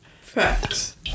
Facts